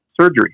surgery